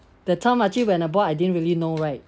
the time I actually went abroad I didn't really know right